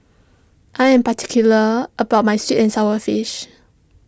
I am particular about my Sweet and Sour Fish